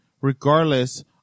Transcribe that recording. regardless